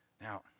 Now